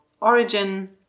origin